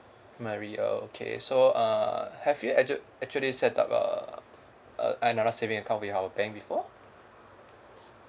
mary uh okay so uh have you act~ actually set up a a another saving account with our bank before